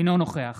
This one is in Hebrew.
אינו נוכח